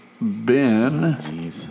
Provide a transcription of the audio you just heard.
Ben